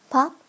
Pop